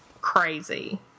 crazy